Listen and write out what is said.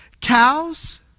Cows